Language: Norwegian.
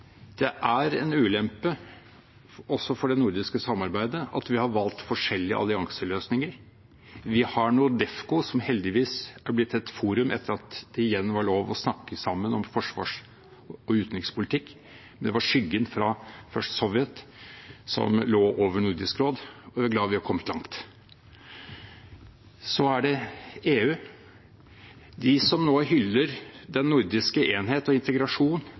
det er en ulempe også for det nordiske samarbeidet at vi har valgt forskjellige allianseløsninger. Vi har NORDEFCO, som heldigvis er blitt et forum etter at det igjen var lov å snakke sammen om forsvars- og utenrikspolitikk. Det var skyggen fra først Sovjet som lå over Nordisk råd. Jeg er glad vi er kommet langt. Så er det EU. De som nå hyller den nordiske enhet og integrasjon,